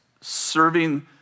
serving